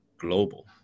global